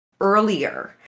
earlier